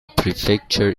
prefecture